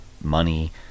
money